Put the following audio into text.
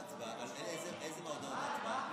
הודעה נוספת: הכנסת החליטה בישיבתה ביום ט"ז בשבט התשפ"ב,